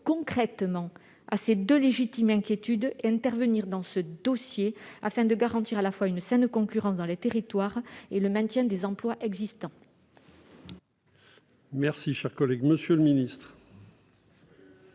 concrètement à ces deux légitimes inquiétudes et intervenir dans ce dossier, afin de garantir à la fois une saine concurrence dans les territoires et le maintien des emplois existants ? La parole est à M. le ministre.